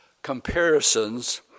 Comparisons